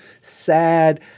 sad